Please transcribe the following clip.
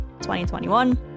2021